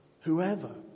whoever